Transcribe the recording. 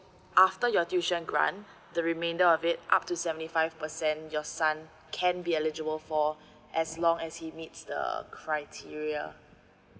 after your tuition grant the remainder of it up to seventy five percent your son can be eligible for as long as he meets the criteria